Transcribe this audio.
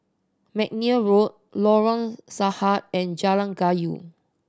McNair Road Lorong Sahad and Jalan Kayu